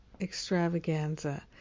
extravaganza